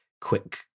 quick